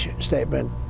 statement